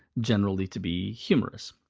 generally to be humorous.